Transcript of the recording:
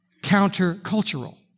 counter-cultural